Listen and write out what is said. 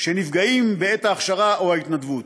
שנפגעים בעת ההכשרה או ההתנדבות.